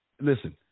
listen